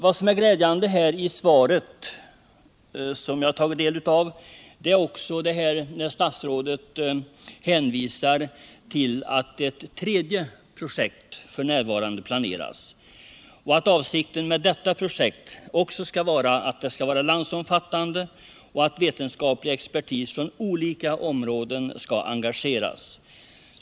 Glädjande är också när statsrådet i svaret, som jag har tagit del av, hänvisar till att ett tredje projekt f. n. planeras och att avsikten med detta är att det skall vara landsomfattande och att vetenskaplig expertis från olika områden skall engageras.